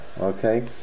okay